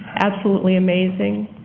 absolutely amazing.